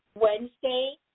Wednesday